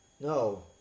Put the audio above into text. no